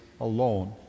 alone